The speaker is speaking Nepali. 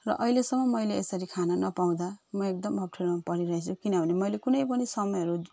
र अहिलेसम्म मैले यसरी खाना नपाउँदा म एकदम अप्ठ्यारोमा परिरहेछु किनभने मैले कुनै पनि समयहरू